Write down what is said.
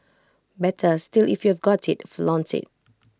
better still if you've got IT flaunt IT